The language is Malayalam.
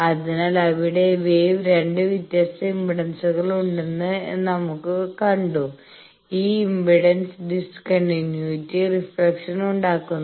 അതിനാൽ അവിടെ വേവ് 2 വ്യത്യസ്ത ഇംപഡൻസുകൾ ഉണ്ടെന്ന് എന്ന് നമ്മൾ കണ്ടു ഈ ഇംപെഡൻസ് ഡിസ്ക്ണ്ടിന്യൂയിറ്റി റിഫ്ലക്ഷൻ ഉണ്ടാക്കുന്നു